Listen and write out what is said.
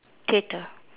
theatre